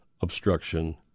obstruction